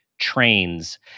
trains